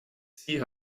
sie